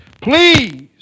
Please